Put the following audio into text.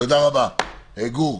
גור,